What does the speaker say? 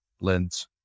lens